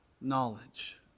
knowledge